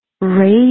raise